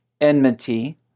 enmity